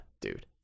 dude